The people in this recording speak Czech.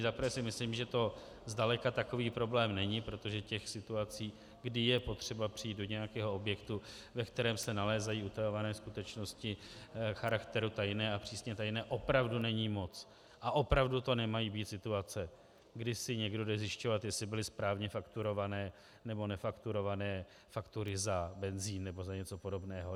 Za prvé si myslím, že to zdaleka takový problém není, protože těch situací, kdy je potřeba přijít do nějakého objektu, ve kterém se nalézají utajované skutečnosti charakteru tajné a přísně tajné, opravdu není moc a opravdu to nemají být situace, kdy si někdo jde zjišťovat, jestli byly správně fakturované nebo nefakturované faktury za benzín nebo za něco podobného.